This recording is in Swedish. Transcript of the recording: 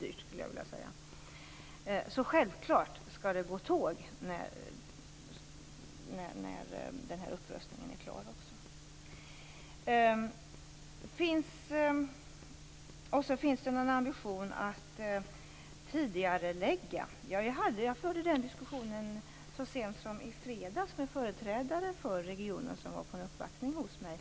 Det är alltså självklart att det skall gå tåg när den här upprustningen är klar. Sven Bergström frågar om det finns någon ambition att genomföra en tidigareläggning. Jag förde den diskussionen så sent som i fredags med företrädare för regionen, som var på en uppvaktning hos mig.